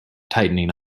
tightening